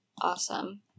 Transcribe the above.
awesome